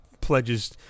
pledges